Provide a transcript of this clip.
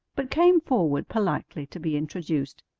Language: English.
but came forward politely to be introduced.